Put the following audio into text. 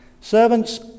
Servants